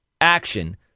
action